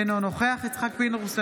אינו נוכח יצחק פינדרוס,